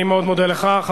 אני מאוד מודה לך.